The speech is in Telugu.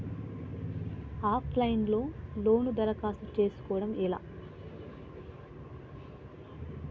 ఆఫ్ లైన్ లో లోను దరఖాస్తు చేసుకోవడం ఎలా?